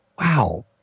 wow